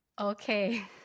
Okay